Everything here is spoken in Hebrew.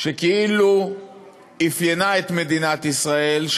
שכאילו אפיינה את מדינת ישראל,